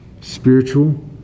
spiritual